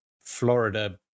Florida